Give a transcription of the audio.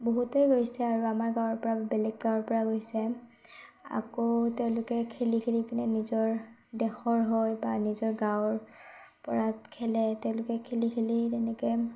বহুতেই গৈছে আৰু আমাৰ গাঁৱৰপৰা বেলেগ গাঁৱৰপৰা গৈছে আকৌ তেওঁলোকে খেলি খেলি ইপিনে নিজৰ দেশৰ হৈ বা নিজৰ গাঁৱৰ পৰা খেলে তেওঁলোকে খেলি খেলি তেনেকৈ